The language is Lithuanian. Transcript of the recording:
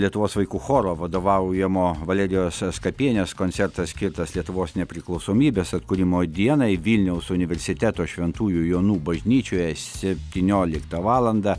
lietuvos vaikų choro vadovaujamo valerijos skapienės koncertas skirtas lietuvos nepriklausomybės atkūrimo dienai vilniaus universiteto šventųjų jonų bažnyčioje septynioliktą valandą